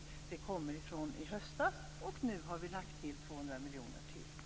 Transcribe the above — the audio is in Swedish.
Det ursprungliga förslaget är från i höstas, och nu har vi lagt till ytterligare 200 miljoner kronor.